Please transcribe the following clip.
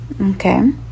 Okay